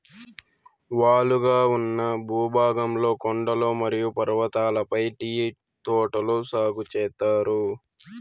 వాలుగా ఉన్న భూభాగంలో కొండలు మరియు పర్వతాలపై టీ తోటలు సాగు చేత్తారు